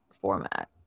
format